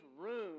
room